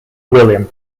william